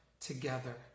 together